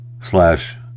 slash